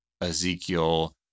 Ezekiel